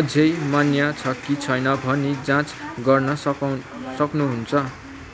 अझै मान्य छ कि छैन भनी जाँच गर्न सकौ सक्नुहुन्छ